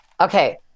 okay